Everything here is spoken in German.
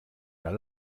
der